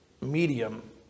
medium